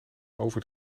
over